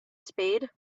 spade